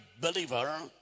believer